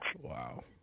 Wow